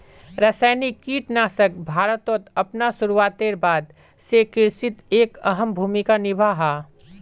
रासायनिक कीटनाशक भारतोत अपना शुरुआतेर बाद से कृषित एक अहम भूमिका निभा हा